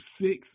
six